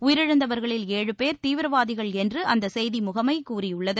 உயிரிழந்தவர்களில் ஏழு பேர் தீவிரவாதிகள் என்று அந்த செய்தி முகமை கூறியுள்ளது